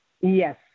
Yes